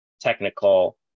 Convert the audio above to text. technical